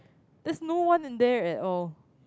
that's no one in there at all